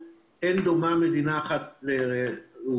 ואין דומה מדינה אחת לאחרת.